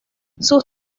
sus